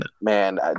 man